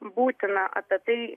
būtina apie tai